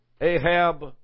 Ahab